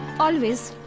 always.